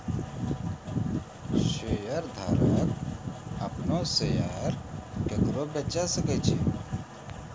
शेयरधारक अपनो शेयर केकरो बेचे सकै छै